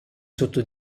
sotto